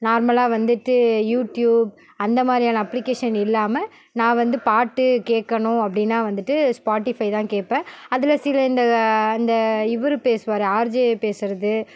நார்மலாக வந்துட்டு யூடியூப் அந்த மாதிரியான அப்ளிக்கேஷன் இல்லாமல் நான் வந்து பாட்டு கேட்கணும் அப்படின்னா வந்துட்டு ஸ்பாட்டிஃபை தான் கேட்பேன் அதில் சில இந்த இந்த இவரு பேசுவார் ஆர்ஜே பேசறது